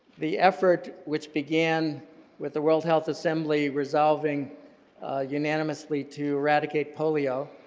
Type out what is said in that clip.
the effort which began with the world health assembly resolving unanimously to eradicate polio,